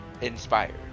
inspired